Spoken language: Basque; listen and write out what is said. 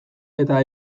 eta